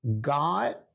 God